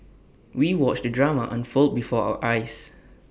we watched the drama unfold before our eyes